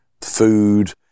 food